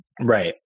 Right